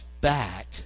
back